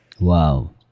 Wow